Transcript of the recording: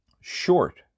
Short